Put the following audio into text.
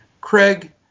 Craig